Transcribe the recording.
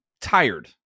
tired